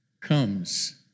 comes